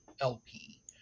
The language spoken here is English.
lp